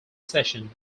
session